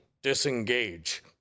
disengage